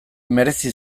merezi